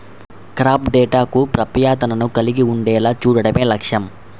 crop డేటాకు ప్రాప్యతను కలిగి ఉండేలా చూడడమే లక్ష్యం